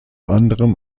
anderem